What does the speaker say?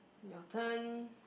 your turn